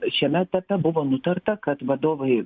šiame etape buvo nutarta kad vadovai